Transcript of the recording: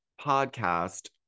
podcast